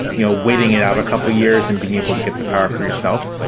you know, waiting it out a couple of years and being able to get the power for yourself.